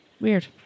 Weird